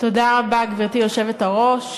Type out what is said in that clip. גברתי היושבת-ראש,